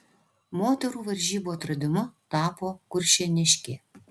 moterų varžybų atradimu tapo kuršėniškė